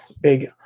big